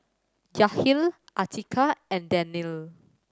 Yahya Atiqah and Daniel